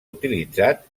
utilitzat